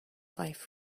life